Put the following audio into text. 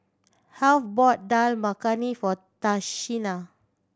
Heath bought Dal Makhani for Tashina